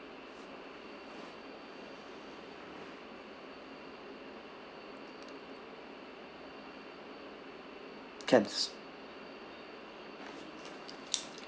can s~